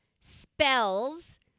spells